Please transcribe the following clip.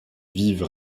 vive